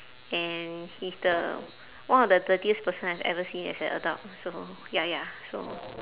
and he's the one of the dirtiest person I have ever seen as a adult so ya ya so